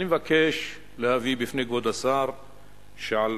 אני מבקש להביא בפני כבוד השר שעל-פי